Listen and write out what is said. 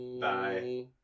Bye